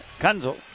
Kunzel